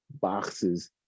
boxes